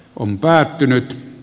niitä tuotetaan